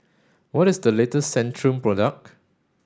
what is the latest Centrum product